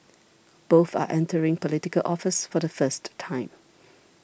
both are entering Political Office for the first time